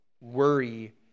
Worry